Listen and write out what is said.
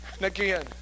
again